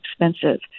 expensive